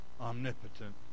omnipotent